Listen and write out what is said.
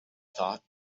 thought